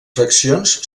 fraccions